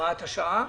הוראת השעה.